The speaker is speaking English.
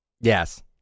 Yes